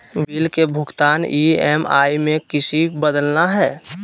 Bill के भुगतान EMI में किसी बदलना है?